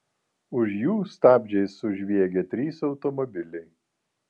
už jų stabdžiais sužviegė trys automobiliai